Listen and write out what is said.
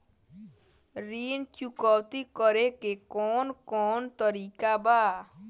ऋण चुकौती करेके कौन कोन तरीका बा?